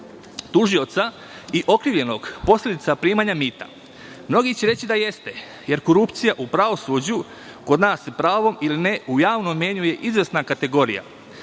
tužioca i okrivljenog posledica primanja mita? Mnogi će reći da jeste, jer korupcija u pravosuđu kod nas, sa pravom ili ne, javnom mnjenju je izvesna kategorija.